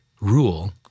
rule